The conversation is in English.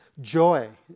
joy